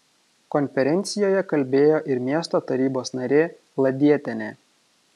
konferencijoje kalbėjo ir miesto tarybos narė ladietienė